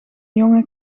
jonge